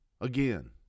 Again